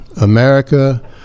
America